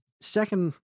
Second